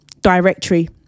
directory